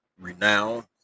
renowned